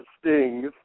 stings